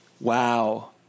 Wow